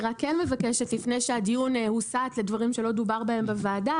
אני רק כן מבקשת לפני שהדיון הוסט לדברים שלא דובר בהם בוועדה,